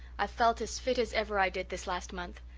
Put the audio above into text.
i've felt as fit as ever i did this last month.